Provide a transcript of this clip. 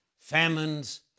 famines